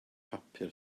papur